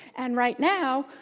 and right now,